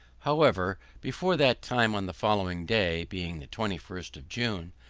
however, before that time on the following day, being the twenty first of june,